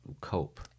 cope